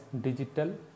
digital